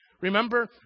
Remember